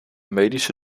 medische